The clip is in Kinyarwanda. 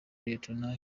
lieutenant